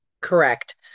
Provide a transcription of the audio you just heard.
Correct